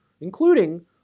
including